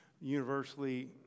universally